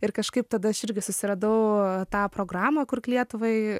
ir kažkaip tada aš irgi susiradau tą programą kurk lietuvai